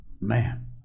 Man